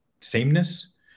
sameness